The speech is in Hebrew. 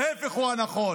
ההפך הוא הנכון,